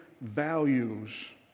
values